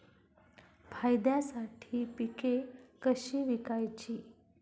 फायद्यासाठी पिके कशी विकायची?